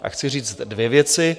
Chci říct dvě věci.